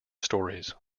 stories